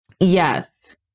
Yes